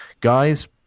guys